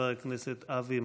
אוחיון בת זוהרה, שנפטרה היום.